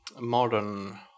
modern